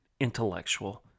intellectual